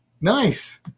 Nice